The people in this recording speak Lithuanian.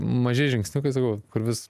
maži žingsniukai sakau kur vis